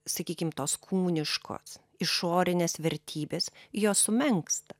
sakykim tos kūniškos išorinės vertybės jos sumenksta